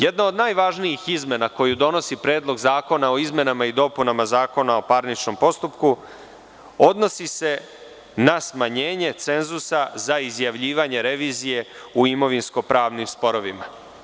Jedna od najvažnijih izmena koju donosi Predlog zakona o izmenama i dopunama Zakona o parničnom postupku odnosi se na smanjenje cenzusa za izjavljivanje revizije u imovinsko-pravnim sporovima.